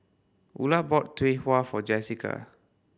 Ula bought Tau Huay for Jessika